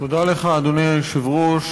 אדוני היושב-ראש,